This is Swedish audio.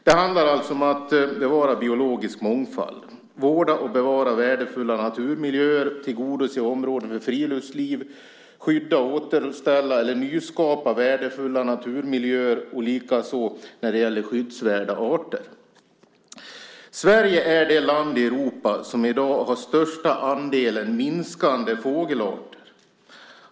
Det handlar alltså om att bevara biologisk mångfald, vårda och bevara värdefulla naturmiljöer, tillgodose områden för friluftsliv, skydda, återställa eller nyskapa värdefulla naturmiljöer och detsamma när det gäller skyddsvärda arter. Sverige är det land i Europa som i dag har största andelen minskande fågelarter.